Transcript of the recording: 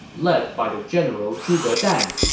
led by the general zhuge dan.